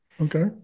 Okay